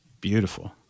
Beautiful